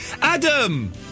Adam